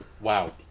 Wow